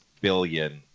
billion